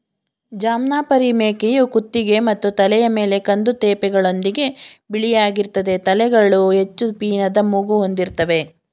ಜಮ್ನಾಪರಿ ಮೇಕೆಯು ಕುತ್ತಿಗೆ ಮತ್ತು ತಲೆಯ ಮೇಲೆ ಕಂದು ತೇಪೆಗಳೊಂದಿಗೆ ಬಿಳಿಯಾಗಿರ್ತದೆ ತಲೆಗಳು ಹೆಚ್ಚು ಪೀನದ ಮೂಗು ಹೊಂದಿರ್ತವೆ